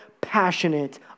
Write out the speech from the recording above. passionate